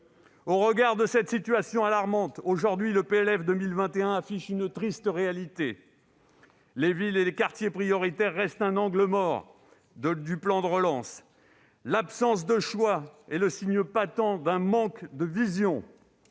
Au regard de cette situation alarmante, le projet de loi de finances pour 2021 affiche aujourd'hui une triste réalité : les villes et les quartiers prioritaires restent un angle mort du plan de relance. L'absence de choix est le signe patent d'un manque de vision.